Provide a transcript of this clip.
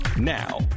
Now